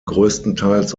größtenteils